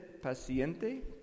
paciente